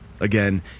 again